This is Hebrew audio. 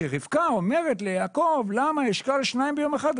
כאשר רבקה אומרת ליעקב למה אשכל שניים ביום אחד,